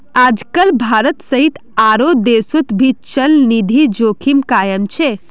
आजकल भारत सहित आरो देशोंत भी चलनिधि जोखिम कायम छे